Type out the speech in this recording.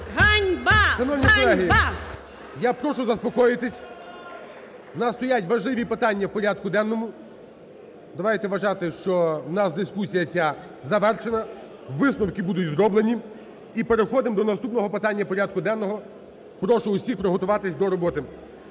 Шановні колеги, я прошу заспокоїтись. У нас стоять важливі питання в порядку денному. Давайте вважати, що в нас дискусія ця завершена. Висновки будуть зроблені. І переходимо до наступного питання порядку денного. Прошу усіх приготуватись до роботи.